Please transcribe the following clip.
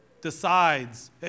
decides